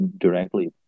directly